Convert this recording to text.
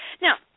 Now